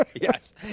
Yes